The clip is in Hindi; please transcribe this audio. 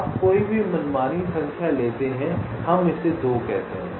आप कोई भी मनमानी संख्या लेते हैं हम इसे 2 कहते हैं